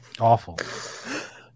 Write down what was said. awful